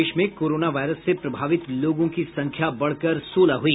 प्रदेश में corona virus से प्रभावित लोगों की संख्या बढ़कर सोलह हई